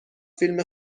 فیلم